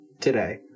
today